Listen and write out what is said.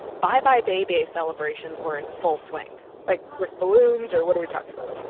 bye-bye bei bei celebrations were in full swing like, with balloons? or what are we talking about?